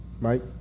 Mike